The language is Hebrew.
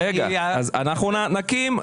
אנחנו נקים.